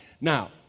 Now